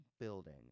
building